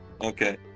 Okay